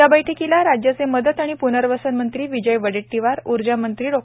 या बैठकीला राज्याचे मदत आणि पूनर्वसन मंत्री विजय वडेट्टीवार ऊर्जा मंत्री डॉ